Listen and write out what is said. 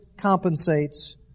compensates